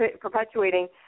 perpetuating